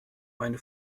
meine